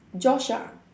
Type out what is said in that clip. Josh ah